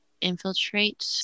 infiltrate